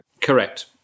correct